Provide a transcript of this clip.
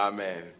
Amen